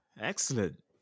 Excellent